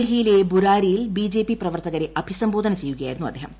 ഡൽഹിയിലെ ബ്ദുരാരിയിൽ ബിജെപി പ്രവർത്തകരെ അഭിസംബോധന ചെയ്യുകയായ്ടിരുന്നു അദ്ദേഹം